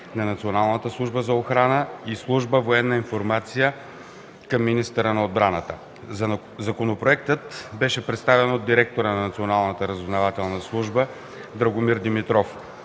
на Националната служба за охрана и на служба „Военна информация” към министъра на отбраната. Законопроектът беше представен от директора на Националната разузнавателна служба, Драгомир Димитров.